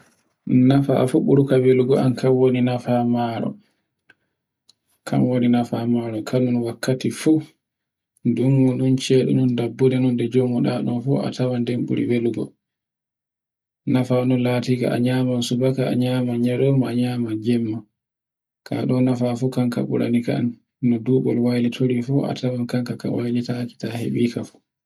Nnafa an fu ɓurgo welgo un fuf kan woni nefamar, kan woni nefamar Maro kan woni wakkati fu. Dungu ngun, cedu ndun, dabbure nun, nde jemuɗun fu a tawan nden buri welngo. Nafan latingo a nyama subaka a nyama nyaromo a nyaloma a nyama jemma. Kaɗo na ka fu ɓurani kan no dubol woylotori fu a tawan kanka ka waylitaake ta heɓuka fu.